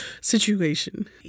situation